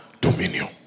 dominion